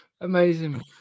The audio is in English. Amazing